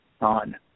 on